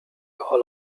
all